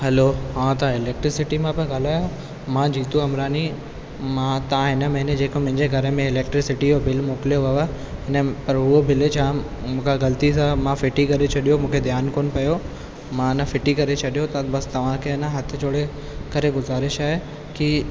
hello हा तव्हां electricity मां तां ॻाल्हायो मां जितू अमरानी मां तां हिन महीने जेका मुंहिंजे घर में इलैक्टिसिटी जो बिल मोकिलियो हुओ आहे हुन पर उहो बिल जाम मूंखां ग़लती सां मां फिटी करे छॾियो मूंखे ध्यानु कोन पियो मां न फिटी करे छॾियो त बसि तव्हांखे न हथ जोड़े करे गुज़ारिश आहे की